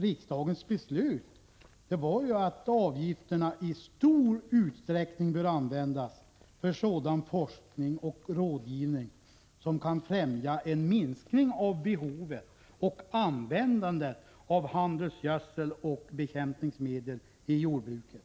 Riksdagens beslut sade nämligen att avgifterna i stor utsträckning bör användas för sådan forskning och rådgivning som kan främja en minskning av behovet och användandet av handelsgödsel och bekämpningsmedel i jordbruket